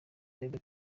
bebe